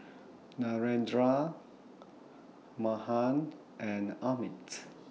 Narendra Mahan and Amit